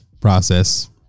process